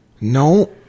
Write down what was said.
No